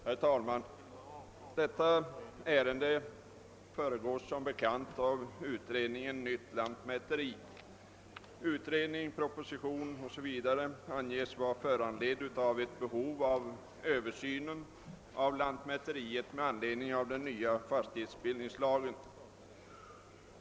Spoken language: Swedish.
Herr talman! Den proposition, som behandlas i förevarande utlåtande, har som bekant föregåtts av utredningsbe tänkandet »Nytt lantmäteri». Utredningen, propositionen osv. anges ha föranletts av ett behov av översyn av lantmäteriet med anledning av den nya fastighetsbildningslagen.